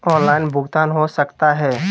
Online भुगतान हो सकता है?